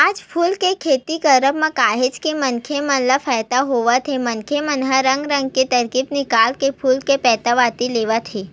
आज फूल के खेती करब म काहेच के मनखे मन ल फायदा होवत हे मनखे मन ह रंग रंग के तरकीब निकाल के फूल के पैदावारी लेवत हे